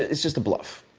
it's just a bluff.